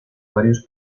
varios